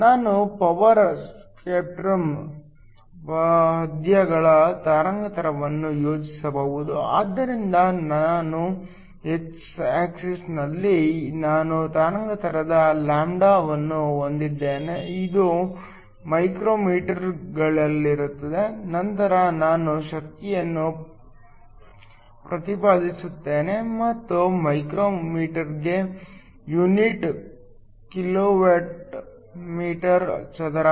ನಾವು power spectrum ಪದ್ಯಗಳ ತರಂಗಾಂತರವನ್ನು ಯೋಜಿಸಬಹುದು ಹಾಗಾಗಿ ನನ್ನ ಎಕ್ಸ್ ಆಕ್ಸಿಸ್ನಲ್ಲಿ ನಾನು ತರಂಗಾಂತರದ ಲ್ಯಾಂಬ್ಡಾವನ್ನು ಹೊಂದಿದ್ದೇನೆ ಇದು ಮೈಕ್ರೋಮೀಟರ್ ಗಳಲ್ಲಿರುತ್ತದೆ ನಂತರ ನಾನು ಶಕ್ತಿಯನ್ನು ಪ್ರತಿಪಾದಿಸುತ್ತೇನೆ ಮತ್ತು ಮೈಕ್ರೋಮೀಟರ್ಗೆ ಯೂನಿಟ್ ಕಿಲೋವ್ಯಾಟ್ ಮೀಟರ್ ಚದರ